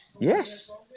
Yes